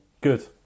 Good